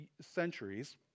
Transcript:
centuries